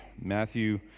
Matthew